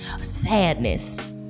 sadness